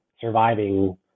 surviving